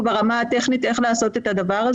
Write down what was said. יודע איך ברמה הטכנית ניתן לעשות את זה.